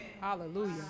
Hallelujah